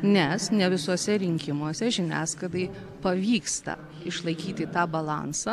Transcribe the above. nes ne visuose rinkimuose žiniasklaidai pavyksta išlaikyti tą balansą